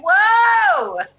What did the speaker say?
whoa